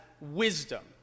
wisdom